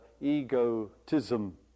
egotism